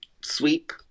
sweep